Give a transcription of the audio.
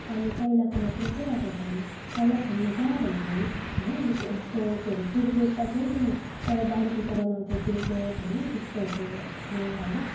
अनि पहिलाकोमा चाहिँ के भएको छ भने पहिला खेल्नु जा भन्दाखेरि होइन यस्तो के अरे क्रिकेट त खेल्थ्यो नि तर डन्ठीको बनाउँथ्यो क्रिकेट होइन त्यस्तोहरूको थियो होइन